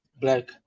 black